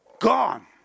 gone